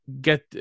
get